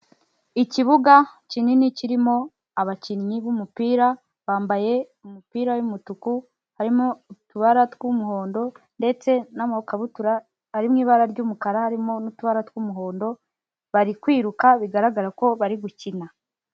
Ikibuga kinini kirimo abakinnyi b'umupira, bambaye umupira w'umutuku, harimo utubara tw'umuhondo, ndetse n'amakabutura ari mu ibara ry'umukara harimo n'utubara tw'umuhondo, bari kwiruka bigaragara ko bari gukina.